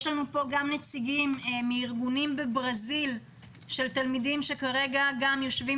יש לנו נציגים מארגונים בברזיל של תלמידים שכרגע יושבים